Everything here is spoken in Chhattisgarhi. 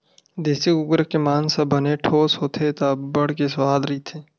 देसी कुकरा के मांस ह बने ठोस होथे त अब्बड़ के सुवाद रहिथे